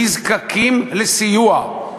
נזקקים לסיוע.